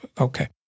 Okay